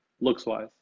looks-wise